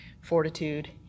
Fortitude